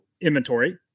inventory